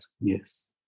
Yes